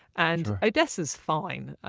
and odessa's fine.